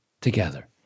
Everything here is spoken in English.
together